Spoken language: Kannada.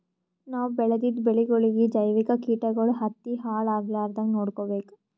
ನಾವ್ ಬೆಳೆದಿದ್ದ ಬೆಳಿಗೊಳಿಗಿ ಜೈವಿಕ್ ಕೀಟಗಳು ಹತ್ತಿ ಹಾಳ್ ಆಗಲಾರದಂಗ್ ನೊಡ್ಕೊಬೇಕ್